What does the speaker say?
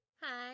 hi